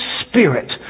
spirit